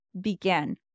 began